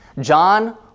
John